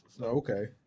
okay